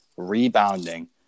rebounding